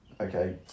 Okay